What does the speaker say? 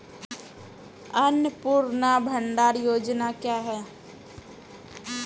अन्नपूर्णा भंडार योजना क्या है?